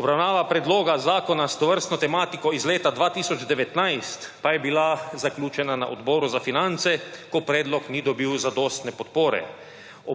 obravnava predloga zakona s tovrstno tematiko iz leta 2019 pa je bila zaključena na Odboru za finance, ko predlog ni dobil zadostne podpore.